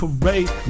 parade